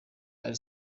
are